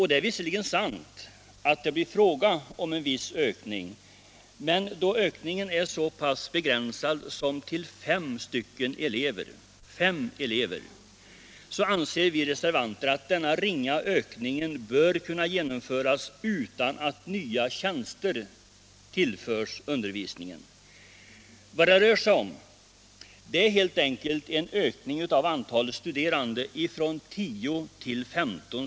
Det är visserligen sant att det blir fråga om en viss ökning, men då den är så pass begränsad som till fem elever anser vi reservanter att denna ringa ökning bör kunna genomföras utan att nya tjänster tillförs undervisningen. Vad det rör sig om är helt enkelt en ökning av antalet studerande från 10 till 15.